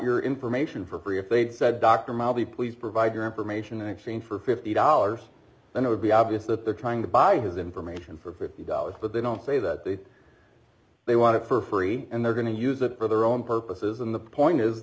your information for free if they said dr mildly please provide your information in exchange for fifty dollars then it would be obvious that they're trying to buy his information for fifty dollars but they don't say that they they want it for free and they're going to use it for their own purposes and the point is